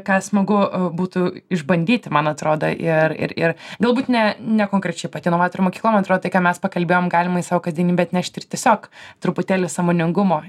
ką smagu būtų išbandyti man atrodo ir ir ir galbūt ne nekonkrečiai pati inovatorių mokykla man atrodo tai ką mes pakalbėjom galima į savo kasdienybę atnešti ir tiesiog truputėlį sąmoningumo